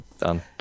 Done